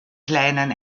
kleinen